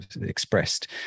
expressed